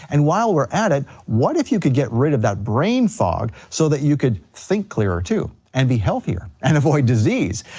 and while we're at it, what if you could get rid of that brain fog so that you could think clearer too? and be healthier, and avoid disease,